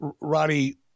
Roddy